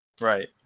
Right